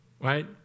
right